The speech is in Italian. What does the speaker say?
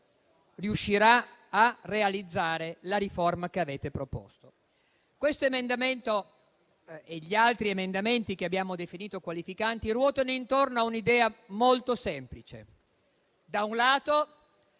riuscirà a realizzare la riforma che avete proposto. Questo emendamento, insieme agli altri che abbiamo definito qualificanti, ruota intorno a un'idea molto semplice: razionalizzare